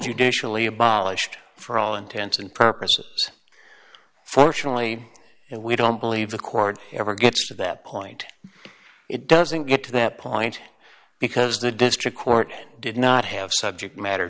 judicially abolished for all intents and purposes fortunately we don't believe the court ever gets to that point it doesn't get to that point because the district court did not have subject matter